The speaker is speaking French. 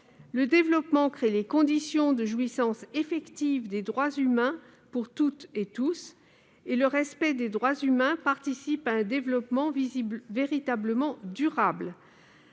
Le développement crée les conditions de jouissance effective des droits humains pour toutes et tous, et le respect de ces droits participe à un développement véritablement durable.